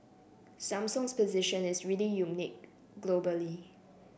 Samsung's position is really unique globally